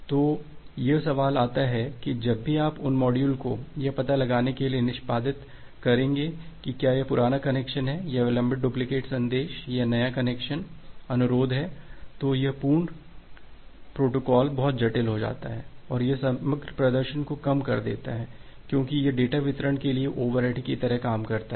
तो यह सवाल आता है कि जब भी आप उन मॉड्यूलों को यह पता लगाने के लिए निष्पादित करेंगे कि क्या यह पुराना कनेक्शन है या विलंबित डुप्लिकेट संदेश या नया कनेक्शन अनुरोध है तो यह संपूर्ण प्रोटोकॉल बहुत जटिल हो जाती हैं और यह समग्र प्रदर्शन को कम कर देता है क्योंकि यह डेटा वितरण के लिए ओवरहेड की तरह काम करता है